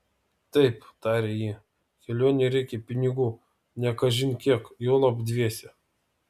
taip tarė ji kelionei reikia pinigų ne kažin kiek juolab dviese